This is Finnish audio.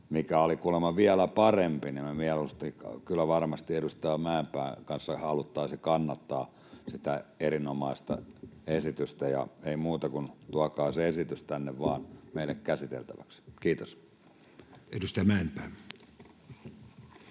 mikä oli kuulemma vielä parempi, mutta mieluusti kyllä varmasti edustaja Mäenpään kanssa haluttaisiin kannattaa sitä erinomaista esitystä. Ei muuta kuin tuokaa se esitys tänne vaan meille käsiteltäväksi. — Kiitos. [Speech